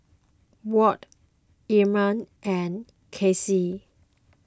Ward Irma and Kasey